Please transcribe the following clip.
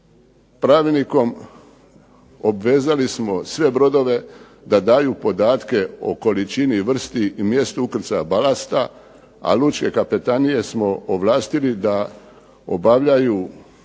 pravilnikom obvezali smo sve brodove da daju podatke o količini, vrsti i mjestu ukrcaju balasta, a lučke kapetanije smo ovlastili da obavljaju ispitivanja